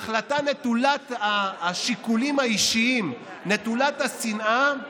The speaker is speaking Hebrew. ההחלטה נטולת השיקולים האישיים, נטולת השנאה,